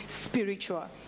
spiritual